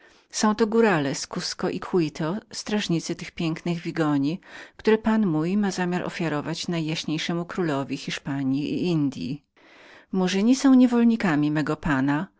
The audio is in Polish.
są to górale z kushoo i quito strażnicy tych pięknych wigoni które pan mój ma zamiar ofiarowania najjaśniejszemu królowi hiszpanji i indyi murzyni są niewolnikami lub raczej byli niewolnikami mego pana